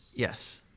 Yes